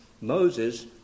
Moses